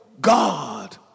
God